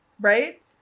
right